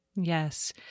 Yes